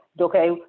okay